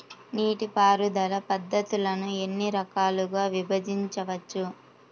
నీటిపారుదల పద్ధతులను ఎన్ని రకాలుగా విభజించవచ్చు?